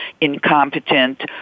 incompetent